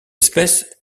espèce